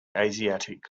asiatic